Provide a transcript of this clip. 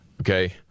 Okay